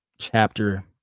chapter